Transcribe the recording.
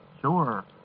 Sure